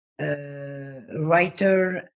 writer